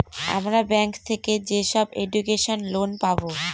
আমরা ব্যাঙ্ক থেকে যেসব এডুকেশন লোন পাবো